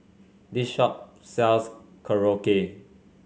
this shop sells Korokke